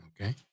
Okay